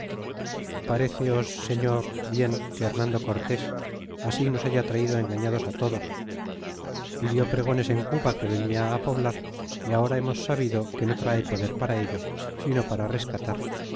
pareceos señor bien que remando cortés asi nos haya traido engañados todos y dió pregones en cuba que venia poblar y ahora hemos sabido que no trae poder para ello sino para rescatar